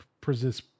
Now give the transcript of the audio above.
persist